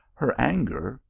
her anger,